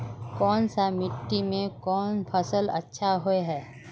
कोन सा मिट्टी में कोन फसल अच्छा होय है?